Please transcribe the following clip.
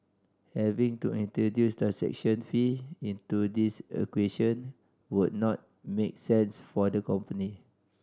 having to introduce transaction fee into this equation would not make sense for the company